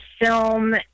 film